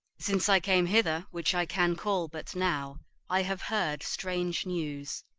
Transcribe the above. since i came hither which i can call but now i have heard strange news.